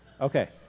Okay